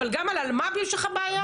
אבל גם עם אלמ"ב יש לך בעיה?